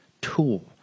tool